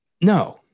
No